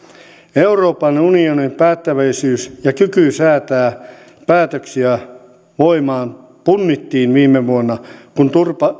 euroopan unionin päättäväisyys ja kyky säätää päätöksiä voimaan punnittiin viime vuonna kun